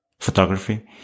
photography